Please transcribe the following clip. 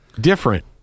different